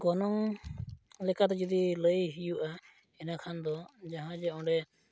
ᱜᱚᱱᱚᱝ ᱞᱮᱠᱟᱛᱮ ᱡᱩᱫᱤ ᱞᱟᱹᱭ ᱦᱩᱭᱩᱜᱼᱟ ᱮᱱᱮᱠᱷᱟᱱᱫᱚ ᱡᱟᱦᱟᱸ ᱡᱮ ᱚᱸᱰᱮ